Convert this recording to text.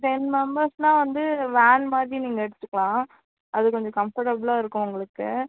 ten மெம்பெர்ஸுனா வந்து van நீங்கள் எடுத்துக்கலாம் அது கொஞ்சம் கம்ஃபர்ட்டபிளாக இருக்கும் உங்களுக்கு